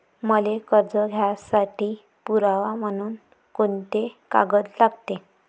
मले कर्ज घ्यासाठी पुरावा म्हनून कुंते कागद लागते?